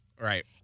Right